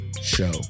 Show